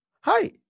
Hi